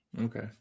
Okay